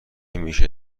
میشه